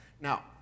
Now